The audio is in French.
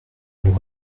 nous